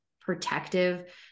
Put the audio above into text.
protective